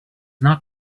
not